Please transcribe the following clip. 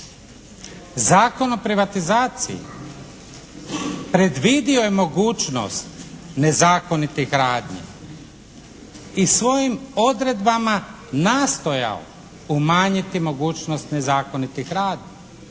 Zakon o privatizaciji predvidio je mogućnost nezakonitih radnji i svojim odredbama nastojao umanjiti mogućnost nezakonitih radnji.